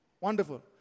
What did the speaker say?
Wonderful